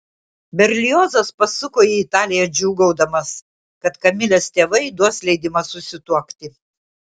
berliozas pasuko į italiją džiūgaudamas kad kamilės tėvai duos leidimą susituokti